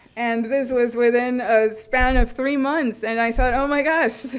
and this was within a span of three months, and i thought, oh my gosh, is ah